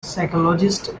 psychologist